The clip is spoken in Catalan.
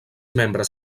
membres